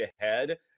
ahead